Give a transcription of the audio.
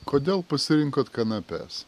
kodėl pasirinkot kanapes